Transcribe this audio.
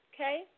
Okay